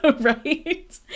right